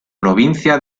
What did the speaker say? provincia